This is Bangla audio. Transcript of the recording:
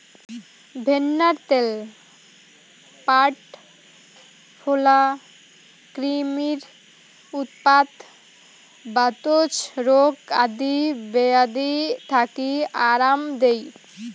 ভেন্নার ত্যাল প্যাট ফোলা, ক্রিমির উৎপাত, বাতজ রোগ আদি বেয়াধি থাকি আরাম দেই